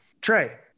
Trey